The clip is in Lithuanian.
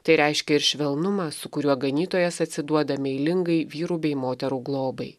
tai reiškia ir švelnumą su kuriuo ganytojas atsiduoda meilingai vyrų bei moterų globai